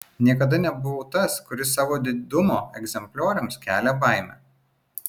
niekada nebuvau tas kuris savo didumo egzemplioriams kelia baimę